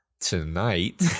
tonight